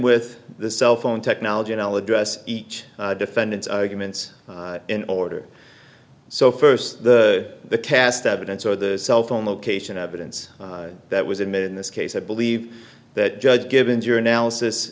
with the cell phone technology and i'll address each defendant's arguments in order so first the cast evidence or the cell phone location evidence that was him in this case i believe that judge given your analysis